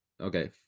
okay